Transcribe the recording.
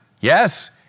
Yes